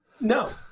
No